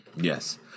Yes